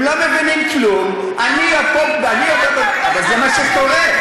הם לא מבינים כלום, אני, לא, אבל זה מה שקורה.